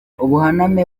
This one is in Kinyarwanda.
ubuhaname